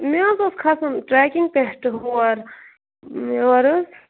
مےٚ حظ اوس کھَسُن ٹرٛٮ۪کِنٛگ پٮ۪ٹھٕ ہور یور حظ